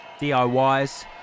DIYs